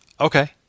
Okay